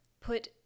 put